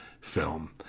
film